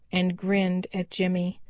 and grinned at jimmy.